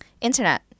internet